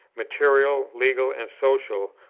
material, legal, and social,